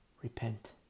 Repent